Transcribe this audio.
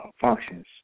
functions